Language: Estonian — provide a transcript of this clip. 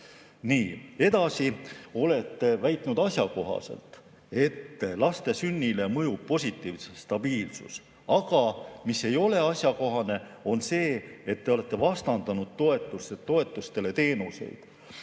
Edasi olete väitnud asjakohaselt, et laste sünnile mõjub positiivselt stabiilsus. Aga mis ei ole asjakohane, on see, et te olete vastandanud toetustele teenuseid.